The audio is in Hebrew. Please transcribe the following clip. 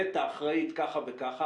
נת"ע אחראית ככה וככה,